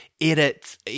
edit